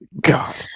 God